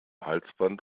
halsband